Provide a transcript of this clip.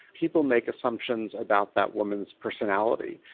people make assumptions about that woman's personality.